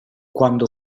quando